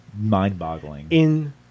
mind-boggling